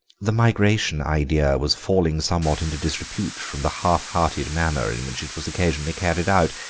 the migration idea was falling somewhat into disrepute from the half-hearted manner in which it was occasionally carried out.